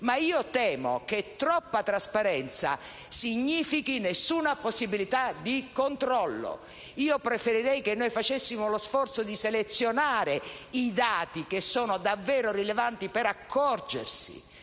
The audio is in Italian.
Ma io temo che troppo trasparenza significhi nessuna possibilità di controllo. Io preferirei che noi facessimo lo sforzo di selezionare i dati che sono davvero rilevanti, per accorgerci